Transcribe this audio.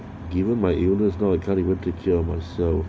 given my illness no encouragement to cheer myself